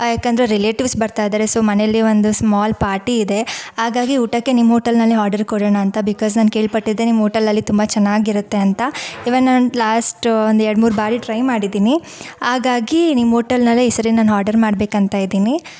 ಏಕೆಂದ್ರೆ ರಿಲೇಟಿವ್ಸ್ ಬರ್ತಾಯಿದ್ದಾರೆ ಸೊ ಮನೆಯಲ್ಲೇ ಒಂದು ಸ್ಮಾಲ್ ಪಾರ್ಟಿ ಇದೆ ಹಾಗಾಗಿ ಊಟಕ್ಕೆ ನಿಮ್ಮ ಹೋಟೆಲ್ನಲ್ಲೇ ಆರ್ಡರ್ ಕೊಡೋಣ ಅಂತ ಬಿಕಾಸ್ ನಾನು ಕೇಳ್ಪಟ್ಟಿದ್ದೆ ನಿಮ್ಮ ಹೋಟೆಲಲ್ಲಿ ತುಂಬ ಚೆನ್ನಾಗಿರುತ್ತೆ ಅಂತ ಇವಾಗ ನಾನು ಲಾಸ್ಟ ಒಂದೆರ್ಡು ಮೂರು ಬಾರಿ ಟ್ರೈ ಮಾಡಿದ್ದೀನಿ ಹಾಗಾಗಿ ನಿಮ್ಮ ಓಟೆಲ್ನಲ್ಲೇ ಈ ಸರಿ ನಾನು ಆರ್ಡರ್ ಮಾಡ್ಬೇಕಂತ ಇದ್ದೀನಿ